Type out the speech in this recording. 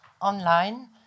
online